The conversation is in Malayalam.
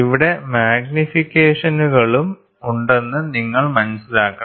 ഇവിടെ മാഗ്നിഫിക്കേഷനുകളും ഉണ്ടെന്ന് നിങ്ങൾ മനസ്സിലാക്കണം